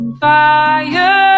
fire